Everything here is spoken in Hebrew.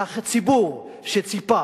והציבור שציפה,